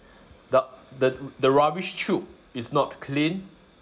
the the the rubbish chute is not clean